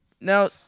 Now